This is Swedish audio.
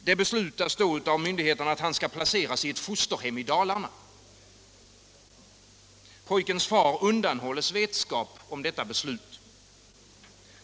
Det beslutas av myndigheterna att han skall placeras i ett fosterhem i Dalarna. Pojkens fader undanhålls vetskap om detta beslut.